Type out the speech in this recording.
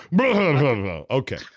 Okay